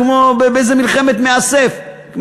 כמו באיזה מלחמת מאסף,